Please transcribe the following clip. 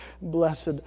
Blessed